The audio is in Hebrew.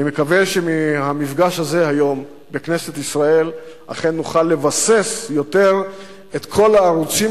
אני מקווה שמהמפגש הזה היום בכנסת ישראל אכן נוכל לבסס יותר את כל הערוצים